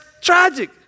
tragic